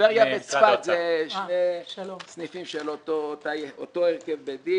טבריה וצפת זה שני סניפים של אותו הרכב בית דין,